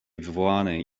wywołanej